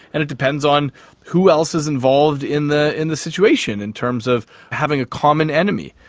and it depends on who else is involved in the in the situation in terms of having a common enemy.